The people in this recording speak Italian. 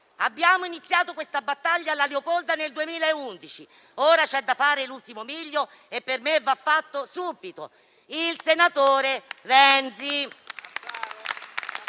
Abbiamo iniziato questa battaglia alla Leopolda nel 2011, ora c'è da fare l'ultimo miglio e per me va fatto subito. Sono parole del